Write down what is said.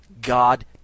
God